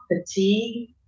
fatigue